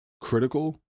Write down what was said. critical